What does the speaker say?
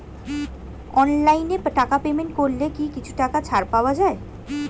অনলাইনে টাকা পেমেন্ট করলে কি কিছু টাকা ছাড় পাওয়া যায়?